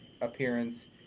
appearance